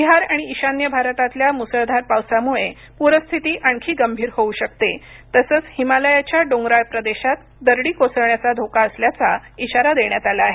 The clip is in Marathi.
बिहार आणि ईशान्य भारतातल्या मुसळधार पावसामुळे पूर स्थिती आणखी गंभीर होऊ शकते तसंच हिमालयाच्या डोंगराळ प्रदेशात दरडी कोसळण्याचा धोका असल्याचा इशारा देण्यात आला आहे